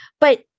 but-